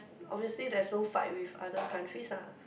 obviously there are no fight with other countries ah